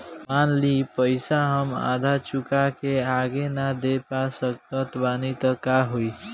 मान ली पईसा हम आधा चुका के आगे न दे पा सकत बानी त का होई?